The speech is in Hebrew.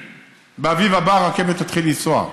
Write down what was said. באביב הבא הרכבת תתחיל לנסוע.